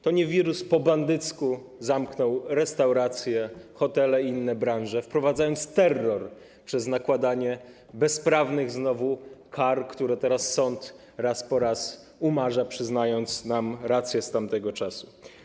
To nie wirus po bandycku zamknął restauracje, hotele i inne branże, to nie wirus wprowadzał terror przez nakładanie bezprawnych kar, które teraz sąd raz po raz umarza, przyznając nam rację z tamtego czasu.